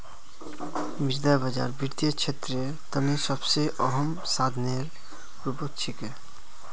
मुद्रा बाजार वित्तीय क्षेत्रेर तने सबसे अहम साधनेर रूपत छिके